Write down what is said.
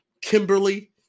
Kimberly